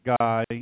guy